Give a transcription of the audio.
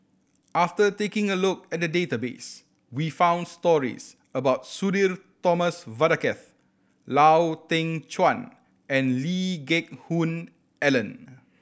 after taking a look at the database we found stories about Sudhir Thomas Vadaketh Lau Teng Chuan and Lee Geck Hoon Ellen